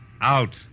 Out